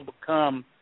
become